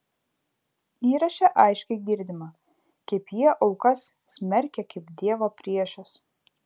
įraše aiškiai girdima kaip jie aukas smerkia kaip dievo priešes